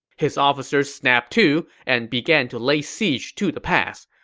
his officers snapped to and began to lay siege to the pass.